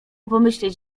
pomyśleć